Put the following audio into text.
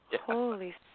Holy